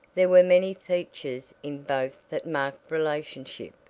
there were many features in both that marked relationship,